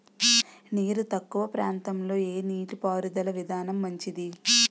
నీరు తక్కువ ప్రాంతంలో ఏ నీటిపారుదల విధానం మంచిది?